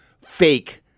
fake